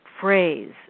phrase